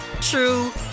true